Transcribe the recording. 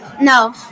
No